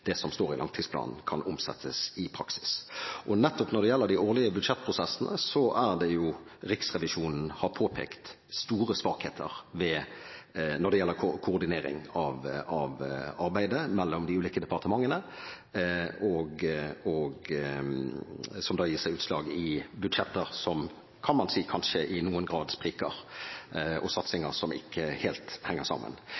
det som står i langtidsplanen, kan omsettes i praksis. Og nettopp de årlige budsjettprosessene er det jo Riksrevisjonen har påpekt store svakheter ved når det gjelder koordinering av arbeidet mellom de ulike departementene, som da gir seg utslag i budsjetter som kanskje i noen grad spriker, og